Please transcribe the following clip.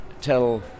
tell